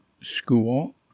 school